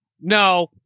no